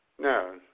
No